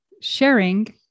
sharing